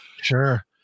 Sure